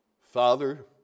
Father